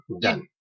Done